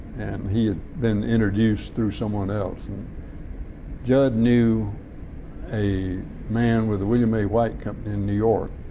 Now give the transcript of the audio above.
and he had been introduced through someone else, and jud knew a man with the william a. white company in new york.